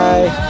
Bye